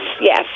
Yes